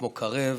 כמו קרב,